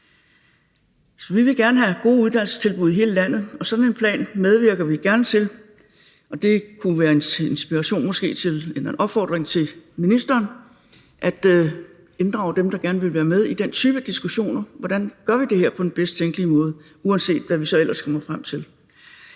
vi vil gerne have gode uddannelsestilbud i hele landet, og sådan en plan medvirker vi gerne til, og det kunne måske være til inspiration for eller en opfordring til ministeren om at inddrage dem, der gerne vil være med, i den type af diskussioner af, hvordan vi gør det her på den bedst tænkelige måde, uanset hvad vi så ellers kommer frem til.